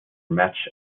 match